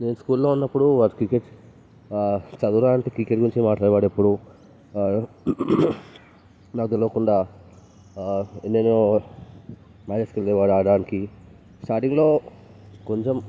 నేను స్కూల్లో ఉన్నపుడు వాడు క్రికెట్ చదువురా అంటే క్రికెట్ గురించే మాట్లాడేవాడు ఎప్పుడు నాకు తెలవకుండా ఎన్నెన్నో మానేసుకునేవాడు ఆడడానికి స్టార్టింగ్లో కొంచెం